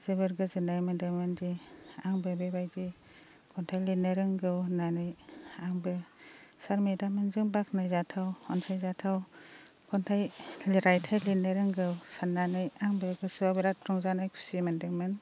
जोबोद गोजोननाय मोन्दोंमोन दि आंबो बेबायदि खन्थाइ लिरनो रोंगौ होननानै आंबो सार मेडाममोनजों बाख्नायजाथाव अनसायजाथाव खन्थाइ रायथाय लिरनो रोंगौ साननानै आंबो गोसोआव बिराद रंजानाय खुसि मोन्दोंमोन